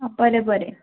बरें बरें